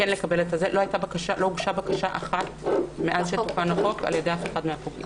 לא הוגשה בקשה אחת מאז שתוקן החוק על ידי אף אחד מהפוגעים.